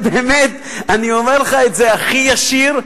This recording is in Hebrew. באמת, אני אומר לך את זה הכי ישיר.